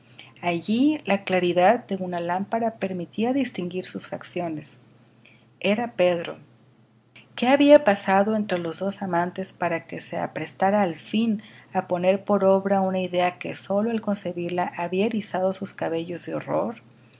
allí la claridad de una lámpara permitía distinguir sus facciones era pedro qué había pasado entre los dos amantes para que se arrastrara al fin á poner por obra una idea que sólo el concebirla había erizado sus cabellos de horror